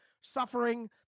Suffering